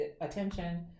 attention